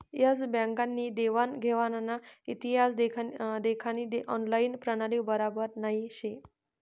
S bank नी देवान घेवानना इतिहास देखानी ऑनलाईन प्रणाली बराबर नही शे